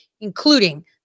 including